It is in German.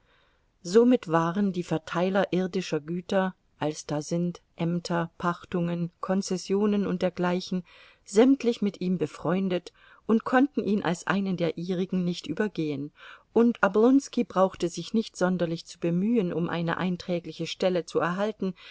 somit waren die verteiler irdischer güter als da sind ämter pachtungen konzessionen und dergleichen sämtlich mit ihm befreundet und konnten ihn als einen der ihrigen nicht übergehen und oblonski brauchte sich nicht sonderlich zu bemühen um eine einträgliche stelle zu erhalten